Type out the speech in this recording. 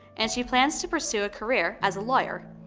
and she plans to pursue a career as a lawyer.